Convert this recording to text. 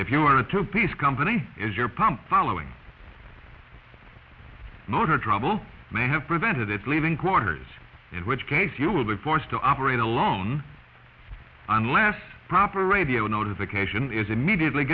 if you are a two piece company is your pump following motor trouble may have prevented it leaving quarters it which case you will be forced to operate alone unless proper radio notification is immediately